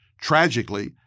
Tragically